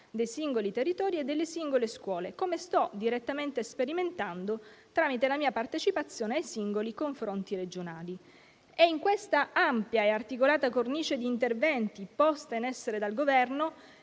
dei singoli territori e delle singole scuole, come sto direttamente sperimentando tramite la mia partecipazione ai singoli confronti regionali. È in questa ampia e articolata cornice di interventi posti in essere dal Governo